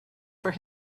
for